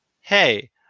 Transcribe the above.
hey